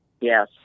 Yes